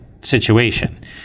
situation